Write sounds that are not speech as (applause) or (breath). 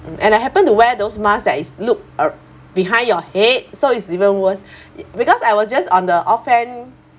and I happen to wear those mask that is loop ar~ behind your head so it's even worse (breath) because I was just on the offhand